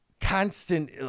constant